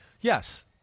yes